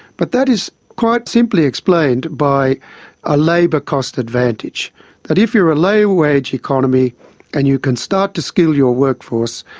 but that is quite simply explained by a labour cost advantage that if you're a lower wage economy and you can start to skill your workforce,